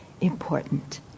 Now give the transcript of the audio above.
important